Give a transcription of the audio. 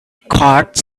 cards